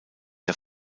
der